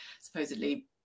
supposedly